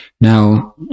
Now